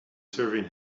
serving